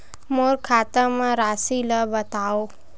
मोर खाता म राशि ल बताओ?